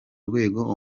rwego